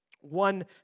One